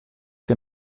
che